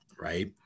right